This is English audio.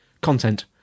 content